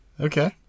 Okay